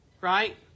right